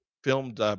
Filmed